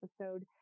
episode